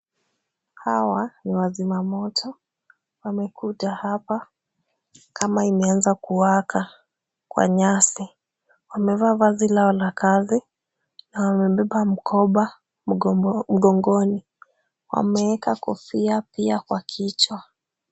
Hawa ni wazima moto. Wamekuja hapa kama imeanza kuwaka kwa nyasi. Wamevaa vazi lao la kazi na wamebeba mkoba mgongoni. Wameeka kofia pia kwa kichwa.